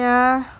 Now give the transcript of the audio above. ya